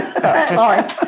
Sorry